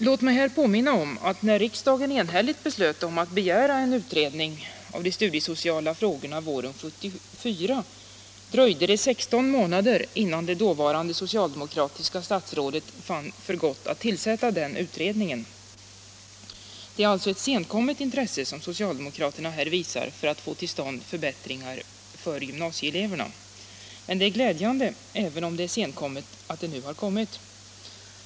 Låt mig här påminna om att när riksdagen våren 1974 enhälligt beslöt att begära en utredning av de studiesociala frågorna dröjde det 16 månader innan det dåvarande socialdemokratiska statsrådet fann för gott att tillsätta den begärda utredningen. Det är alltså ett senkommet intresse som socialdemokraterna här visar för att få till stånd förbättringar för gymnasieeleverna. Men det är ändå glädjande att det nu har redovisats.